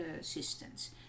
assistance